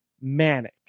manic